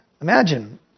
Imagine